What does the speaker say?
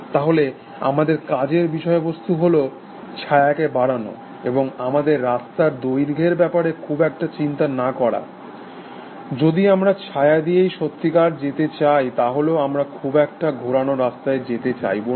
তাহলে আমাদের কাজের বিষয়বস্তু হল ছায়াকে বাড়ানো এবং আমাদের রাস্তার দৈর্ঘ্যের ব্যাপারে খুব একটা চিন্তা না করা যদি আমরা ছায়া দিয়েই সত্যিকার যেতে চাই তাহলেও আমরা খুব একটা ঘোরানো রাস্তায় যেতে চাইব না